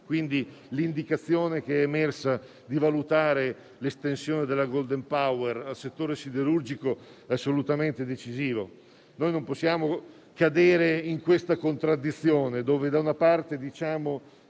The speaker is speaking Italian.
Quindi, l'indicazione emersa di valutare l'estensione del *golden power* al settore siderurgico è assolutamente decisiva. Noi non possiamo cadere in questa contraddizione dove, da una parte, diciamo